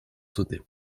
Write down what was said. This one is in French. sauter